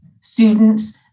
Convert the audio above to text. students